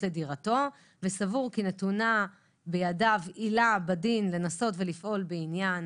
לדירתו וסבור כי נתונה בידיו עילה בדין לנסות ולפעול בעניין